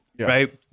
Right